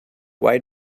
why